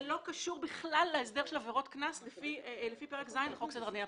זה לא קשור בכלל להסדר של עבירות קנס לפי פרק ז' לחוק סדר הדין הפלילי.